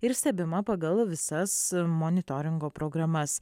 ir stebima pagal visas monitoringo programas